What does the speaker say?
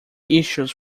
issues